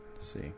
see